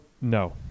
No